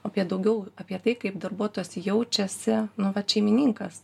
apie daugiau apie tai kaip darbuotojas jaučiasi nu vat šeimininkas